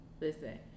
Listen